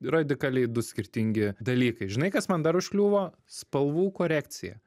radikaliai du skirtingi dalykai žinai kas man dar užkliuvo spalvų korekcija